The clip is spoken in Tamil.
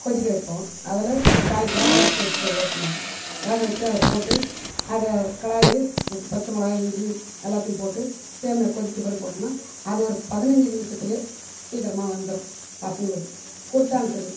கொதிக்க வைப்போம் அதில் காய் வேக வச்சி வச்சிக்குவ ஏற்கனவே வேக வச்சி அதை போட்டு அத கிளரி பச்சை மிளகா இஞ்சி எல்லாத்தையும் போட்டு சேமியா கொதித்த பிறகு போட்டோன்னால் அது ஒரு பதினஞ்சு நிமிஷத்தில் சீக்கிரமாக வெந்துடும் பசங்களுக்கு கொடுத்து அனுப்பிச்சிடு